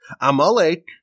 Amalek